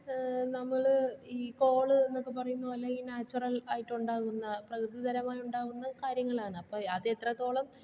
നമ്മള് ഈ കോള് എന്നൊക്കെ പറയുന്നത് പോലെ ഈ നാച്ചുറൽ ആയിട്ടുണ്ടാകുന്ന പ്രകൃതിതരമായുണ്ടാകുന്ന കാര്യങ്ങളാണ് അപ്പോൾ അത് എത്രത്തോളം